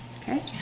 Okay